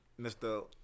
Mr